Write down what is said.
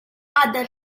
other